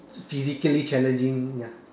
physically challenging ya